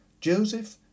Joseph